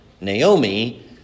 Naomi